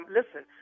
listen